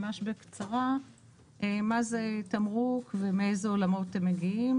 אנחנו נציג ממש בקצרה מה זה תמרוק ומאיזה עולמות הם מגיעים